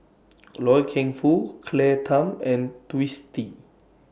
Loy Keng Foo Claire Tham and Twisstii